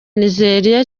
nigeria